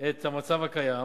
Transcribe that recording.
את המצב הקיים,